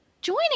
Joining